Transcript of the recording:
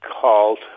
called